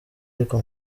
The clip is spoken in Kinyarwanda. ariko